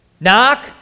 knock